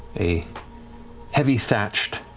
a heavy-thatched